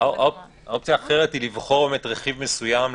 אופציה אחרת היא לבחור רכיב מסוים,